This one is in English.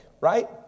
right